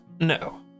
No